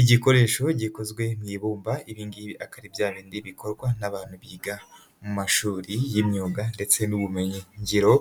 Igikoresho gikozwe mu ibumba, ibi ngibi akaba ari bya bindi bikorwa n'abantu biga mu mashuri y'imyuga ndetse n'ubumenyi ngiro,